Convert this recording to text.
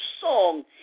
song